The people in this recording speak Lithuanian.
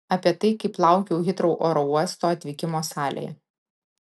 apie tai kaip laukiau hitrou oro uosto atvykimo salėje